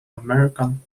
american